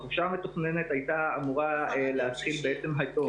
החופשה המתוכננת הייתה אמורה להתחיל בעצם היום,